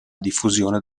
diffusione